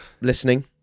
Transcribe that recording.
listening